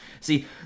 See